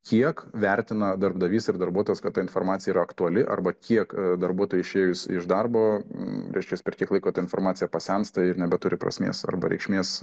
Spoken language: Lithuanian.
kiek vertina darbdavys ir darbuotojas kad ta informacija yra aktuali arba kiek darbuotojui išėjus iš darbo reiškias per kiek laiko informacija pasensta ir nebeturi prasmės arba reikšmės